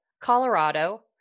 Colorado